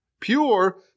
pure